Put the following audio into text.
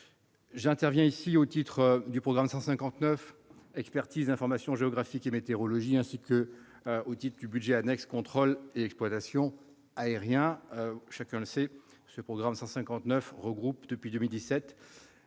J'interviens ici au titre du programme 159 « Expertise, information géographique et météorologie », ainsi que du budget annexe « Contrôle et exploitation aériens ». Le programme 159 regroupe depuis 2017